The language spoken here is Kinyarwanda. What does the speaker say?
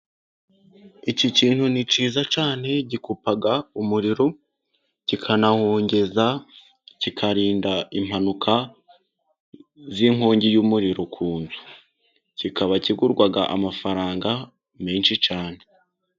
Iki kintu ni cyiza cyane， gikupa umuriro，kikanawongeza， kikarinda impanuka z'inkongi y'umuriro ukuntu. Kikaba kigurwa amafaranga menshi cyane.